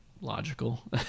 logical